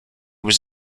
was